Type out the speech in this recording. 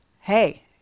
hey